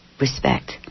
respect